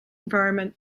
environment